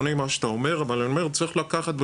זה ייקח כמה שבועות להוציא אותן משימור ולהפעיל אותן,